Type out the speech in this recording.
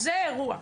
זה האירוע,